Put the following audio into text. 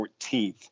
14th